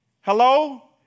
Hello